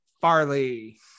Farley